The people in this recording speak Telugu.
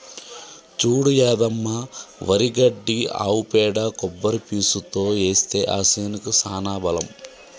చూడు యాదమ్మ వరి గడ్డి ఆవు పేడ కొబ్బరి పీసుతో ఏస్తే ఆ సేనుకి సానా బలం